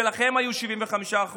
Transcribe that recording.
היו 75%,